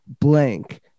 blank